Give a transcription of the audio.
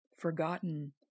forgotten